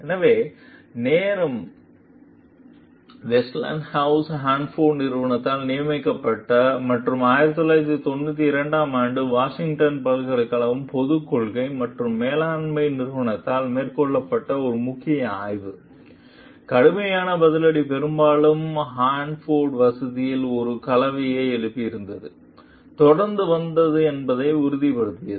எனவே நேரம் என்ன வெஸ்டிங்ஹவுஸ் ஹான்போர்ட் நிறுவனத்தால் நியமிக்கப்பட்ட மற்றும் 1992 ஆம் ஆண்டில் வாஷிங்டன் பல்கலைக்கழக பொதுக் கொள்கை மற்றும் மேலாண்மை நிறுவனத்தால் மேற்கொள்ளப்பட்ட ஒரு முக்கிய ஆய்வு கடுமையான பதிலடி பெரும்பாலும் ஹான்போர்ட் வசதியில் ஒரு கவலையை எழுப்பியதைத் தொடர்ந்து வந்தது என்பதை உறுதிப்படுத்தியது